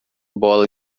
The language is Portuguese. bola